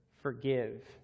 forgive